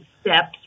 steps